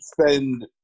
spend